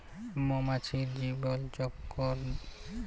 মমাছির জীবলচক্কর দ্যাইখতে গ্যালে উয়ারা চোদ্দ থ্যাইকে আঠাশ দিল ধইরে বাঁচে